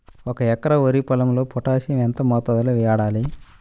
ఒక ఎకరా వరి పొలంలో పోటాషియం ఎంత మోతాదులో వాడాలి?